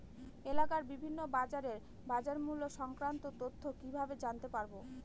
এলাকার বিভিন্ন বাজারের বাজারমূল্য সংক্রান্ত তথ্য কিভাবে জানতে পারব?